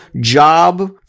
Job